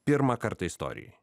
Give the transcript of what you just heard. pirmą kartą istorijoj